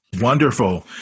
Wonderful